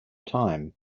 time